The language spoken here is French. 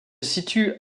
situe